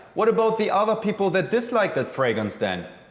what about the other people that dislike that fragrance then?